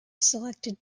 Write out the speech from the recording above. selected